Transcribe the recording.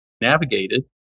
navigated